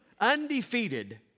undefeated